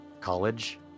college